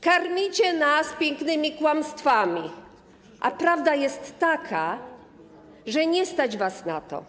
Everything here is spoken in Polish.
Karmicie nas pięknymi kłamstwami, a prawda jest taka, że nie stać was na to.